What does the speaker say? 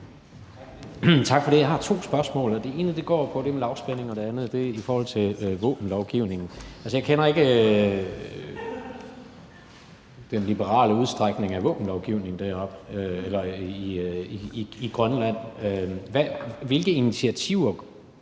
Tak for det. Jeg har to spørgsmål, og det ene går på det med lavspænding, og det andet er i forhold til våbenlovgivning. Altså, jeg kender ikke den liberale udstrækning af våbenlovgivningen i Grønland. Hvilke initiativer